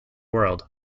world